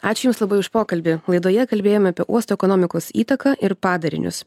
ačiū jums labai už pokalbį laidoje kalbėjome apie uosto ekonomikos įtaką ir padarinius